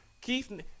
Keith